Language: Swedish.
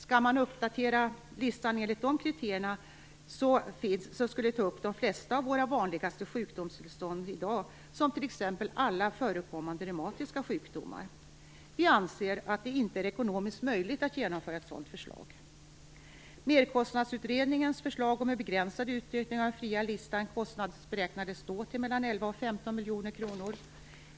Skulle man uppdatera listan enligt de kriterier som finns i dag, skulle listan ta upp de flesta av våra vanligaste sjukdomstillstånd, som t.ex. alla förekommande reumatiska sjukdomar. Vi anser att det inte är ekonomiskt möjligt att genomföra ett sådant förslag. 11-15 miljoner kronor.